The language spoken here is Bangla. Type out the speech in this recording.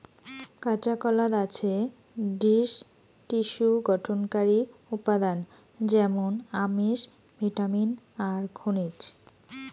কাঁচাকলাত আছে দৃঢ টিস্যু গঠনকারী উপাদান য্যামুন আমিষ, ভিটামিন আর খনিজ